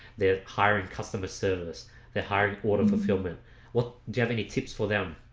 they're hiring customer service they hired order fulfillment what you have any tips for them?